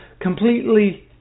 completely